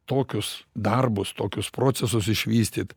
tokius darbus tokius procesus išvystyt